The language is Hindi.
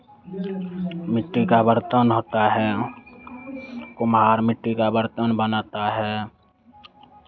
मिट्टी का बर्तन होता है कुम्हार मिट्टी का बर्तन बनाता है